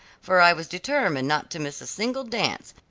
for i was determined not to miss a single dance,